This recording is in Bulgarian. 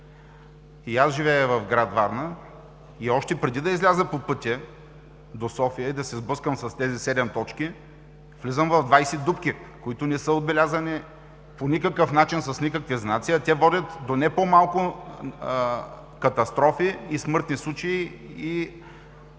и аз живея в град Варна и още преди да изляза по пътя за София и да се сблъскам с тези седем точки, влизам в 20 дупки, които не са отбелязани по никакъв начин с никакви знаци, а те водят до не по-малко катастрофи, смъртни случаи и трошене